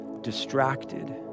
distracted